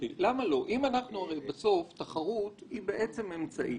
תחרות היא אמצעי